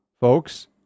Folks